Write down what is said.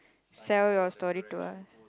sell your story to us